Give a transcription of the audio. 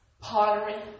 pottery